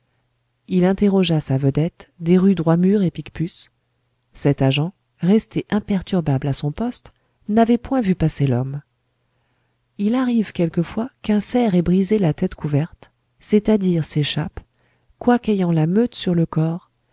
il interrogea sa vedette des rues droit mur et picpus cet agent resté imperturbable à son poste n'avait point vu passer l'homme il arrive quelquefois qu'un cerf est brisé la tête couverte c'est-à-dire s'échappe quoique ayant la meute sur le corps